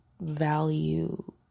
value